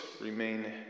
remain